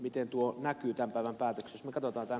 miten tuo näkyy tämän päivän päätöksissä